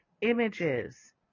images